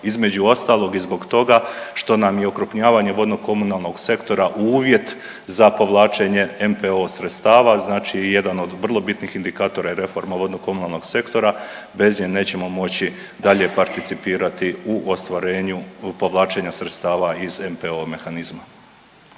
Između ostalog i zbog toga što nam je okrupnjavanje vodno-komunalnog sektora uvjet za povlačenje NPOO sredstava, znači jedan od vrlo bitnih indikatora je reforma vodno-komunalnog sektora. Bez nje nećemo moći dalje participirati u ostvarenju povlačenja sredstava iz NPOO mehanizma.